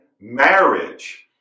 marriage